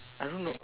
I don't know